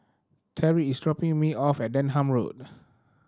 Terry is dropping me off at Denham Road